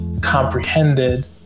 comprehended